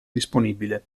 disponibile